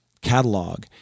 catalog